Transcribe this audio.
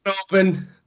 Open